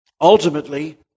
ultimately